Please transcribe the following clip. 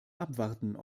abwarten